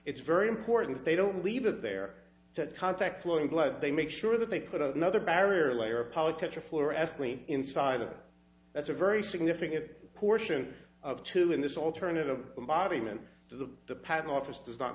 it's very important that they don't leave it there to contact flowing blood they make sure that they put another barrier layer politics or floor athletes inside it that's a very significant portion of two in this alternative body meant to the patent office does not